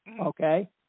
okay